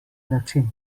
način